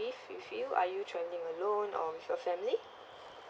with you are you traveling alone or with your family